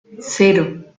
cero